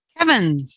Kevin